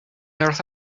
earth